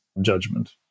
judgment